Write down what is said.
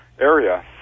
area